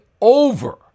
over